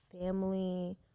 family